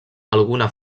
alguna